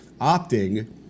opting